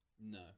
No